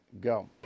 Go